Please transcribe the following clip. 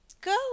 Go